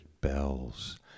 bells